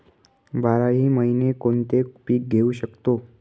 बाराही महिने कोणते पीक घेवू शकतो?